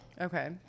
Okay